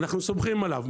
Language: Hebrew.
אנחנו סומכים עליו,